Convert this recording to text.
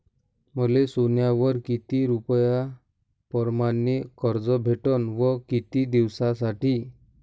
मले सोन्यावर किती रुपया परमाने कर्ज भेटन व किती दिसासाठी?